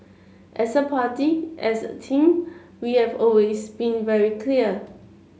as a party as a team we have always been very clear